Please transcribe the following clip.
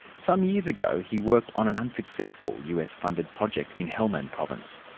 some years ago he worked on an unsuccessful us-funded project in helmand province,